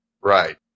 right